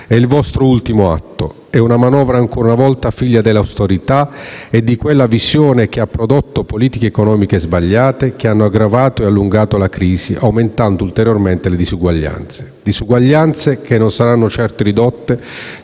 Il vostro ultimo atto è una manovra ancora una volta figlia dell'austerità e di quella stessa visione che ha prodotto politiche economiche sbagliate, che hanno aggravato e allungato la crisi, aumentando ulteriormente le disuguaglianze. Disuguaglianze che non saranno certo ridotte